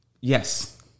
Yes